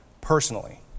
personally